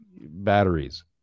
batteries